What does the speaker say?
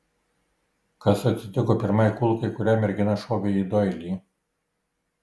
kas atsitiko pirmai kulkai kurią mergina šovė į doilį